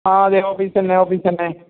ആ അതെ ഓഫീസ് തന്നെ ഓഫീസ് തന്നെ